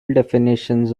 definitions